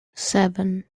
seven